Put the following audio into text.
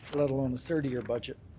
let alone a thirty year budget.